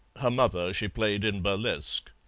her mother she played in burlesque.